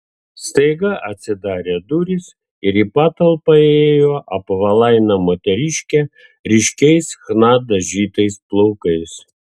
staiga atsidarė durys ir į patalpą įėjo apvalaina moteriškė ryškiais chna dažytais plaukais